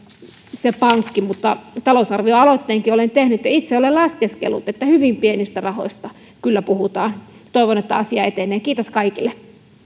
pankki mutta talousar vioaloitteenkin olen tehnyt ja itse olen laskeskellut että hyvin pienistä rahoista kyllä puhutaan toivon että asia etenee kiitos kaikille